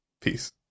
peace